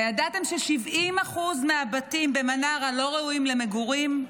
הידעתם ש-70% מהבתים במנרה לא ראויים למגורים?